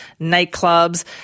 nightclubs